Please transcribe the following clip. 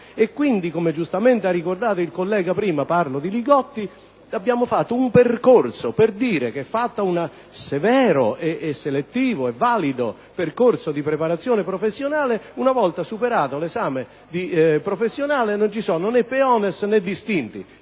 Come giustamente ha ricordato il collega Li Gotti, abbiamo fatto un percorso per affermare che, dopo un severo, selettivo e valido percorso di preparazione professionale, una volta superato l'esame professionale, non ci sono né *peones* né distinti: